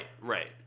right